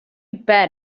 bet